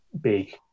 big